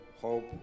hope